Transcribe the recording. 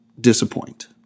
disappoint